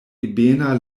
ebena